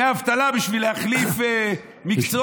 דמי אבטלה בשביל להחליף מקצוע.